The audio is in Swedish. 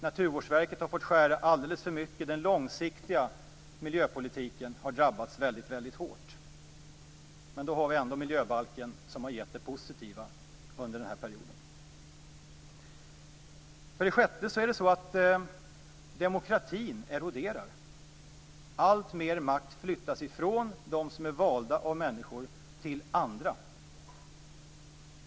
Naturvårdsverket har fått skära ned alldeles för mycket, och den långsiktiga miljöpolitiken har drabbats väldigt hårt. Men då har vi ändå miljöbalken som har gett det positiva under den här perioden. För det sjätte eroderar demokratin. Alltmer makt flyttas ifrån dem som är valda av människor till andra.